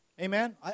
Amen